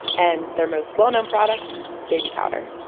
and their most well-known product baby powder